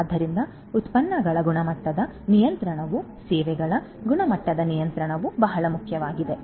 ಆದ್ದರಿಂದ ಉತ್ಪನ್ನಗಳ ಗುಣಮಟ್ಟದ ನಿಯಂತ್ರಣವು ಸೇವೆಗಳ ಗುಣಮಟ್ಟದ ನಿಯಂತ್ರಣವು ಬಹಳ ಮುಖ್ಯವಾಗಿದೆ